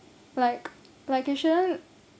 like like it shouldn't